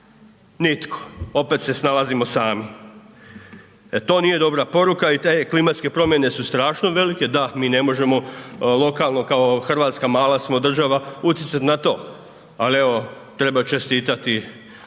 Nitko, opet se snalazimo sami. E to nije dobra poruka i te klimatske promjene su strašno velike, da, mi ne možemo lokalno, kao Hrvatska mala smo država utjecati na to ali evo, treba čestitati gđi